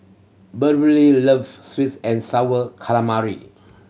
Beverley loves sweets and Sour Calamari